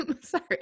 Sorry